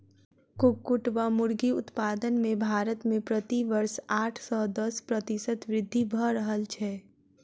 कुक्कुट वा मुर्गी उत्पादन मे भारत मे प्रति वर्ष आठ सॅ दस प्रतिशत वृद्धि भ रहल छै